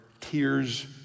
tears